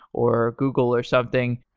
or google, or something.